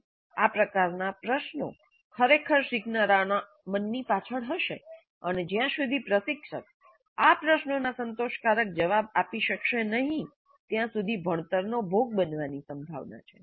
' આ પ્રકારના પ્રશ્નો ખરેખર શીખનારાઓના મનની પાછળ હશે અને જ્યાં સુધી પ્રશિક્ષક આ પ્રશ્નોના સંતોષકારક જવાબ આપી શકશે નહીં ત્યાં સુધી ભણતરનો ભોગ બનવાની સંભાવના છે